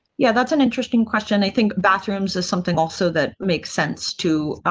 yeah, that's an interesting question. i think bathrooms is something also that makes sense to,